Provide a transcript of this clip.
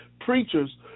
preachers